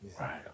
right